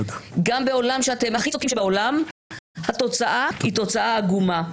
גם בעולם שאתם הכי צודקים שבעולם התוצאה היא תוצאה עגומה.